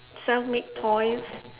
self made toys